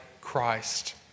Christ